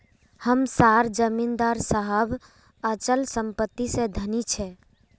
हम सार जमीदार साहब अचल संपत्ति से धनी छे